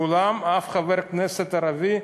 מעולם, אף חבר כנסת ערבי,